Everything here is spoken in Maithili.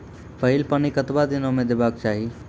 पहिल पानि कतबा दिनो म देबाक चाही?